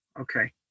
okay